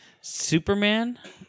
Superman